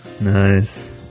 Nice